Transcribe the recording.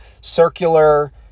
circular